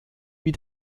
wie